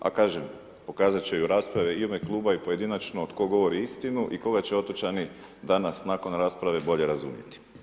A kažem, pokazati ću ju rasprava i u ime Kluba i pojedinačno tko govori istinu i koga će otočani, danas nakon rasprave bolje razumjeti.